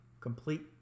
complete